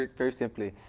very simply.